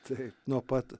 taip nuo pat